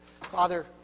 father